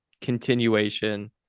continuation